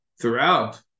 throughout